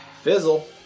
Fizzle